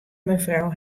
mefrou